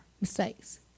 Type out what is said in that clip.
mistakes